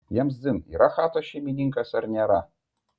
jiems dzin yra chatos šeimininkas ar nėra